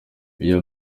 iyo